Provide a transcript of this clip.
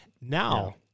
Now